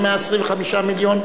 ה-125 מיליון?